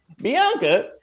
Bianca